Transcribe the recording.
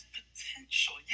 potential